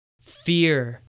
fear